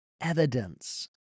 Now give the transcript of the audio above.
evidence